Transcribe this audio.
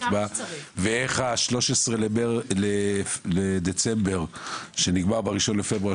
ואיך ה-13 לדצמבר שנגמר ב-1 לפברואר,